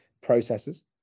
processes